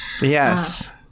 Yes